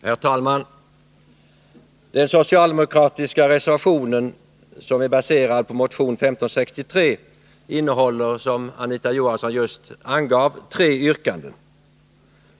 Herr talman! Den socialdemokratiska reservationen, som är baserad på motion 1563, innehåller, som Anita Johansson just angav, tre yrkanden.